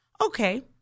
Okay